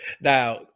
now